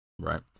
right